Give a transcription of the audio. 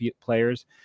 players